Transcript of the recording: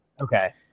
Okay